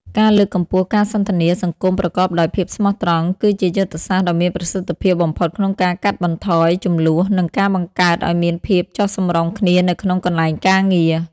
ការលើកកម្ពស់ការសន្ទនាសង្គមប្រកបដោយភាពស្មោះត្រង់ គឺជាយុទ្ធសាស្ត្រដ៏មានប្រសិទ្ធភាពបំផុតក្នុងការកាត់បន្ថយជម្លោះ និងការបង្កើតឱ្យមានភាពចុះសម្រុងគ្នានៅក្នុងកន្លែងការងារ។